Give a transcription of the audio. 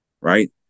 Right